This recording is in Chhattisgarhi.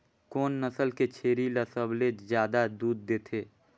कोन नस्ल के छेरी ल सबले ज्यादा दूध देथे?